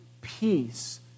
peace